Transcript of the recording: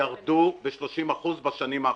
ירדו ב-30% בשנים האחרונות.